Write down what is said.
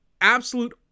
absolute